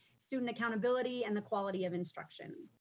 student accountability, and the quality of instruction.